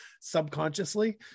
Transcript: subconsciously